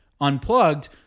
Unplugged